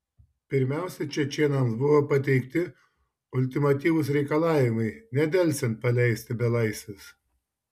pirmiausia čečėnams buvo pateikti ultimatyvūs reikalavimai nedelsiant paleisti belaisvius